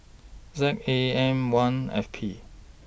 Z A M one F P